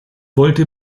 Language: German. wollte